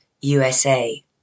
USA